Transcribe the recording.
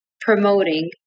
promoting